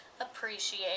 appreciate